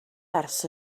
ers